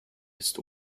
ist